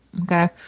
Okay